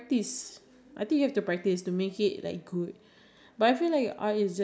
then you need I feel like it it gives you like you need to have confident